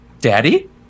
Daddy